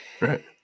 Right